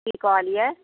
की कहलियै